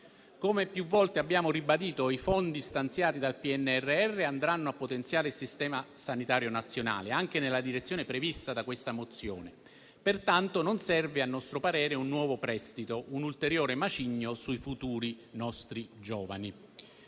Come più volte abbiamo ribadito, i fondi stanziati dal PNRR andranno a potenziare il Sistema sanitario nazionale anche nella direzione prevista da questa mozione: pertanto, a nostro parere, non serve un nuovo prestito, un ulteriore macigno sui nostri giovani